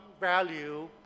value